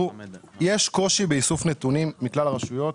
יש קושי באיסוף נתונים מכלל הרשויות,